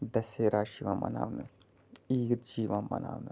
دَسیرا چھ یِوان مناونہٕ عیٖد چھِ یِوان مناونہٕ